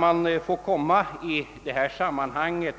Låt mig i detta sammanhang ge herr